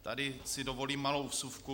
Tady si dovolím malou vsuvku.